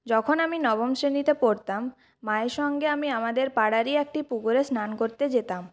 যখন আমি নবম শ্রেণিতে পড়তাম মায়ের সঙ্গে আমি আমাদের পাড়ারই একটি পুকুরে স্নান করতে যেতাম